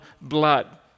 blood